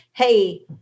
hey